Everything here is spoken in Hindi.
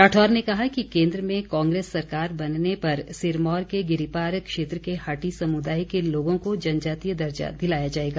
राठौर ने कहा कि केन्द्र में कांग्रेस सरकार बनने पर सिरमौर के गिरिपार क्षेत्र के हाटी समुदाय के लोगों को जनजातीय दर्जा दिलाया जाएगा